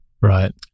Right